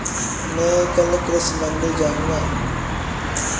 मैं कल कृषि मंडी जाऊँगा